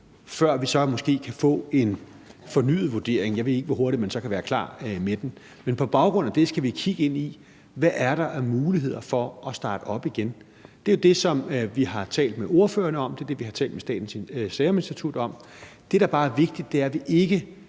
før vi så måske kan få en fornyet vurdering. Jeg ved ikke, hvor hurtigt man så kan være klar med den. Men på baggrund af det skal vi kigge ind i, hvad der er af muligheder for at starte op igen. Det er jo det, som vi har talt med ordførerne om; det er det, vi har talt med Statens Serum Institut om. Det, der bare er vigtigt, er, at vi ikke